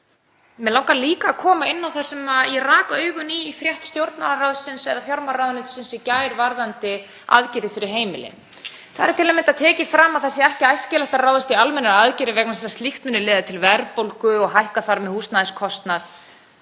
Mig langar líka að koma inn á það sem ég rak augun í í frétt Stjórnarráðsins eða fjármálaráðuneytisins í gær varðandi aðgerðir fyrir heimilin. Þar er til að mynda tekið fram að ekki sé æskilegt að ráðast í almennar aðgerðir vegna þess að slíkt muni leiða til verðbólgu og hækka þar með húsnæðiskostnað